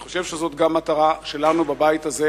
אני חושב שזאת גם מטרה שלנו בבית הזה,